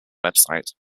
website